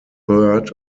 third